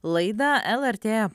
laidą lrt